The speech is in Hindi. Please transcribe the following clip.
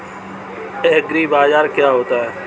एग्रीबाजार क्या होता है?